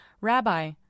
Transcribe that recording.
Rabbi